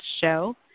show